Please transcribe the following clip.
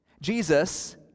Jesus